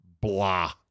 blah